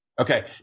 Okay